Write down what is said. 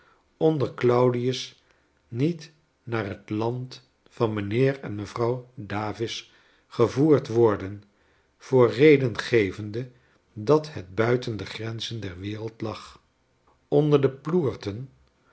onder claudius niet naar het land van mijnheer en mevrouw davis gevoerd worden voor reden gevende dat het buiten de grenzen der wereld lag onder de